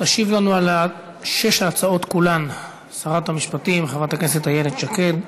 תשיב לנו על שש ההצעות כולן שרת המשפטים חברת הכנסת איילת שקד.